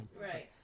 Right